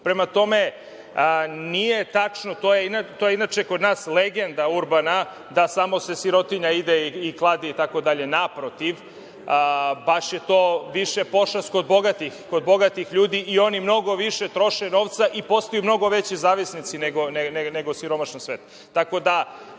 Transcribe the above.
Prema tome, nije tačno. To je inače kod nas urbana legenda da samo sirotinja ide i kladi se itd. Naprotiv baš je to više pošast kod bogatih ljudi i oni mnogo više troše novca i postaju mnogo veći zavisnici nego siromašan svet.